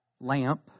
lamp